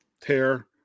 tear